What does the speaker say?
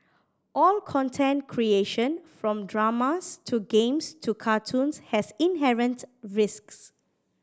all content creation from dramas to games to cartoons has inherent risks